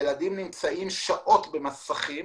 שילדים נמצאים שעות במסכים